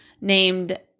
named